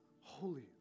holy